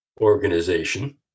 organization